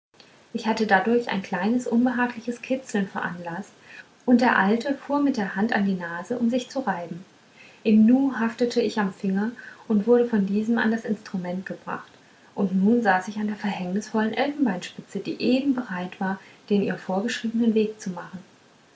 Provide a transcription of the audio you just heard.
ich hatte dadurch ein kleines unbehagliches kitzeln veranlaßt und der alte fuhr mit der hand an die nase um sich zu reiben im nu haftete ich am finger und wurde von diesem an das instrument gebracht und nun saß ich an der verhängnisvollen elfenbeinspitze die eben bereit war den ihr vorgeschriebenen weg zu machen